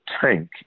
tank